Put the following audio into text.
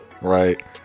Right